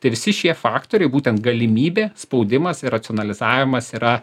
tai visi šie faktoriai būtent galimybė spaudimas ir racionalizavimas yra